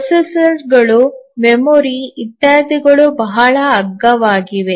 ಪ್ರೊಸೆಸರ್ಗಳು memory ಇತ್ಯಾದಿಗಳು ಬಹಳ ಅಗ್ಗವಾಗಿವೆ